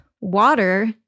water